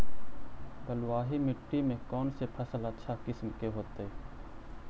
बलुआही मिट्टी में कौन से फसल अच्छा किस्म के होतै?